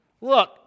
Look